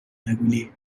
مگولی